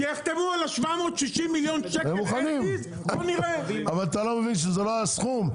שיחתמו על ה-760 מיליון שקלים --- אבל אתה לא מבין שזה לא הסכום?